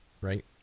Right